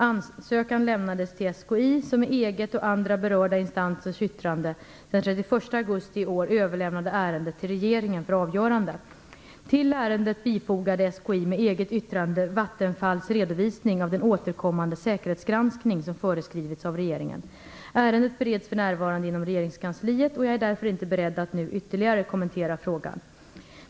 Ansökan lämnades till Statens kärnkraftinspektion , som med eget och andra berörda instansers yttrande den 31 augusti i år överlämnade ärendet till regeringen för avgörande. Till ärendet bifogade SKI med eget yttrande Vattenfall AB:s redovisning av den återkommande säkerhetsgranskning som föreskrivits av regeringen. Ärendet bereds för närvarande inom regeringskansliet, och jag är därför inte beredd att nu ytterligare kommentera frågan.